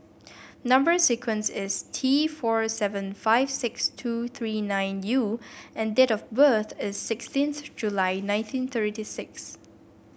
number sequence is T four seven five six two three nine U and date of birth is sixteenth July nineteen thirty six